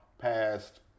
passed